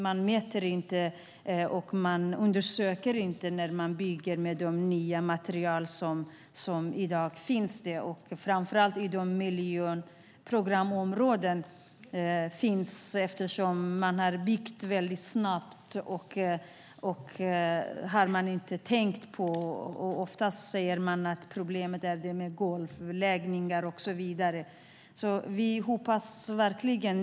Man mäter inte och undersöker inte när man bygger med de nya material som finns i dag. De finns framför allt i miljonprogramsområdena, eftersom man har byggt dem snabbt. Ofta har man inte tänkt på detta och säger att problemet gäller golvläggning och annat.